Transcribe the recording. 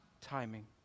timing